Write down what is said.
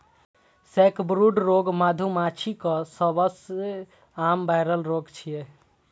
sacbrood रोग मधुमाछीक सबसं आम वायरल रोग छियै